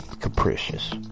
Capricious